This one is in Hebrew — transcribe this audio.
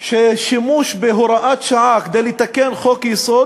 ששימוש בהוראת שעה כדי לתקן חוק-יסוד